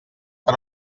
per